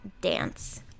dance